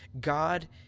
God